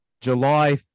July